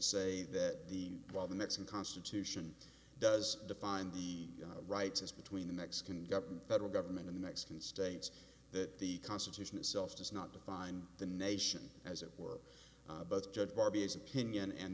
say that the while the mexican constitution does define the rights as between the mexican government federal government in the mexican states that the constitution itself does not define the nation as it were judged barbie as opinion and